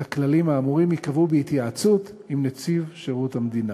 אז הכללים האמורים ייקבעו בהתייעצות עם נציב שירות המדינה.